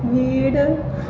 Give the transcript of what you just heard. വീട്